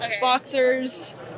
boxers